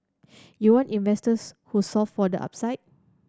you want investors who solve for the upside